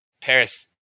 Paris